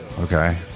okay